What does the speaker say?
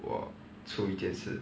我出一个字